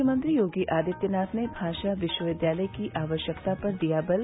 मुख्यमंत्री योगी आदित्यनाथ ने भाषा विश्वविद्यालय की आवश्यकता पर दिया बल